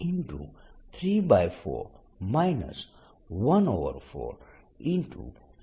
હવે 4πR33Q છે